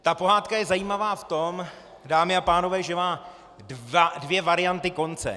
Ta pohádka je zajímavá v tom, dámy a pánové, že má dvě varianty konce.